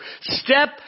Step